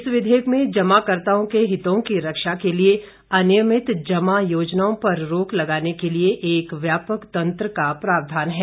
इस विधेयक में जमाकर्ताओं के हितों की रक्षा के लिए अनियमित जमा योजनाओं पर रोक लगाने के लिए एक व्यापक तंत्र का प्रावधान है